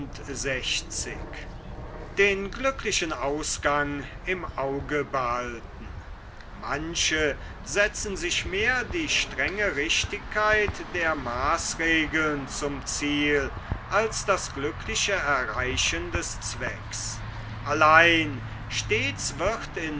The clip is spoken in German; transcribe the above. manche setzen sich mehr die strenge richtigkeit der maaßregeln zum ziel als das glückliche erreichen des zwecks allein stets wird